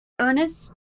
Ernest